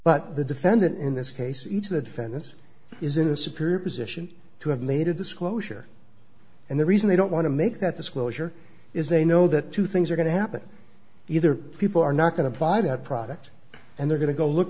but the defendant in this case each of the defendants is in a superior position to have made a disclosure and the reason they don't want to make that disclosure is they know that two things are going to happen either people are not going to buy that product and they're going to go look